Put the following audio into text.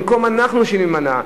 במקום שאנחנו שנימנע,